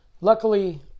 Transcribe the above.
Luckily